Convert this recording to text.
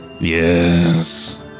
Yes